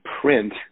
print